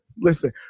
Listen